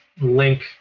link